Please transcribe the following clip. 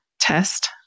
test